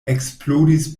eksplodis